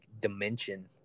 dimension